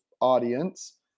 audience